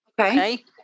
Okay